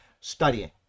studying